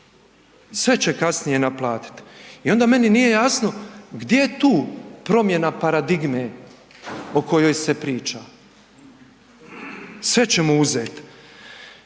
sve će kasnije naplatit. I onda meni nije jasno gdje je tu promjena paradigme o kojoj se priča? Sve ćemo uzet.